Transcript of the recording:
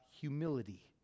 humility